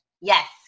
yes